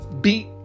beat